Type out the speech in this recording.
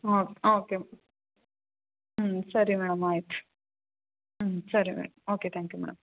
ಓ okay ಹ್ಞೂ ಸರಿ madam ಆಯಿತು ಹ್ಞೂ ಸರಿ madam okay thank you madam